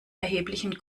erheblichen